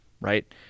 right